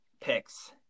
picks